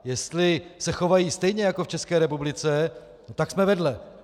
Jestli se chovají stejně jako v České republice, tak jsme vedle.